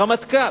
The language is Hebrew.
רמטכ"ל,